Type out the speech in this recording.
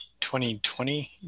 2020